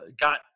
got